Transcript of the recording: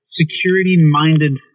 security-minded